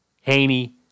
Haney